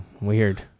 weird